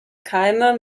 keime